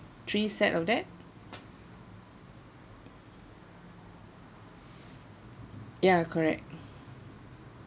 three set of that ya correct